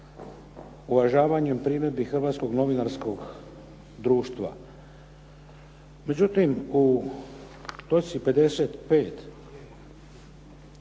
uvažavanjem primjedbi Hrvatskog novinarskog društva. Međutim, u točci 55.